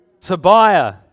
Tobiah